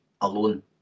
alone